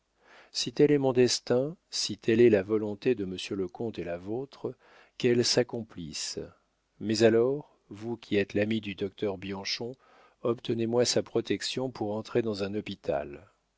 si tel est mon destin si telle est la volonté de monsieur le comte et la vôtre qu'elle s'accomplisse mais alors vous qui êtes l'ami du docteur bianchon obtenez-moi sa protection pour entrer dans un hôpital